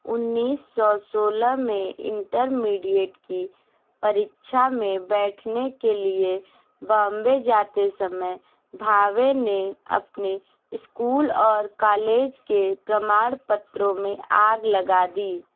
उन्नीस सौ सोलह में इंटरमीडिएट की परीक्षा में बैठने के लिए बाम्बे जाते समय भावे ने अपने इस्कूल और कालेज के प्रमाणपत्रों में आग लगा दी